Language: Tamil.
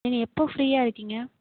நீங்கள் எப்போது ஃப்ரீயாக இருக்கீங்க